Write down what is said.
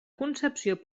concepció